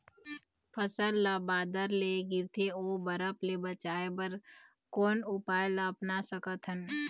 फसल ला बादर ले गिरथे ओ बरफ ले बचाए बर कोन उपाय ला अपना सकथन?